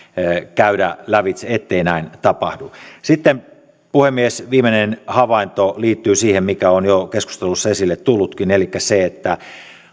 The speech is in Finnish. käydä lävitse ettei näin tapahdu sitten puhemies viimeinen havainto liittyy siihen mikä on jo keskustelussa esille tullutkin elikkä siihen että